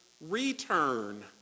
return